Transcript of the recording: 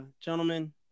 Gentlemen